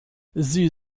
sie